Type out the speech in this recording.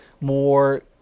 more